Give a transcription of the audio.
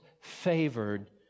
favored